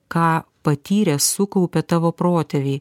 ką patyrę sukaupė tavo protėviai